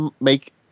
make